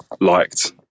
liked